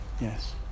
Yes